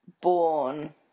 born